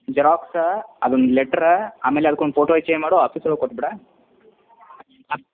xerox ಅದೊಂದು letter ಆಮೇಲೆ ಅದ್ಕೊಂದು ಫೋಟೋ ಹಚ್ಚಿ ಏನು ಮಾಡು ಆಫೀಸೊಳಗೆ ಕೊಟ್ಟು ಬಿಡು